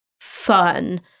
fun